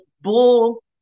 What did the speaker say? bull